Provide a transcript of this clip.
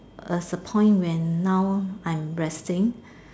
as a point when now I am resting